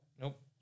Nope